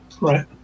Right